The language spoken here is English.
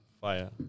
fire